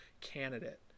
candidate